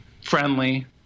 friendly